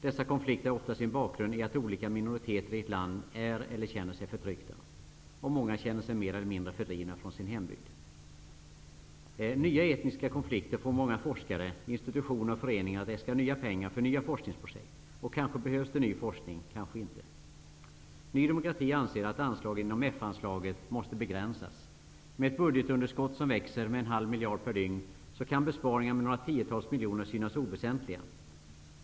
Dessa konflikter har ofta sin bakgrund i att olika minoriteter i ett land är eller känner sig förtryckta. Många känner sig mer eller mindre fördrivna från sin hembygd. Nya etniska konflikter får många forskare, institutioner och föreningar att äska nya pengar för nya forskningsprojekt. Kanske behövs det ny forskning, kanske inte. Ny demokrati anser att anslagen inom F-anslaget måste begränsas. Med ett budgetunderskott som växer med en halv miljard per dygn kan besparingar med några tiotals miljoner synas oväsentliga.